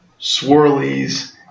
swirlies